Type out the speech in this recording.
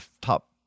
top